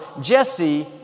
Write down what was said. Jesse